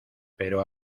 pero